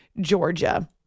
Georgia